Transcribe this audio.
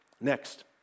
Next